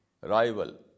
rival